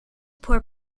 poor